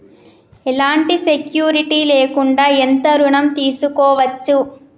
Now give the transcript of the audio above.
ఎలాంటి సెక్యూరిటీ లేకుండా ఎంత ఋణం తీసుకోవచ్చు?